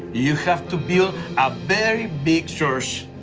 you have to build a very big church.